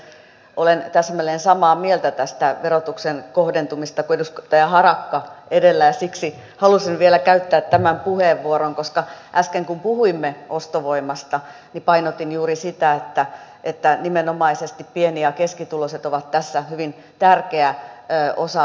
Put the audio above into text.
olen täsmälleen samaa mieltä tästä verotuksen kohdentamisesta kuin edustaja harakka edellä ja siksi halusin vielä käyttää tämän puheenvuoron koska äsken kun puhuimme ostovoimasta painotin juuri sitä että nimenomaisesti pieni ja keskituloiset ovat tässä hyvin tärkeä osa väestöstämme